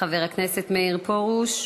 חבר הכנסת מאיר פרוש,